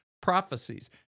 prophecies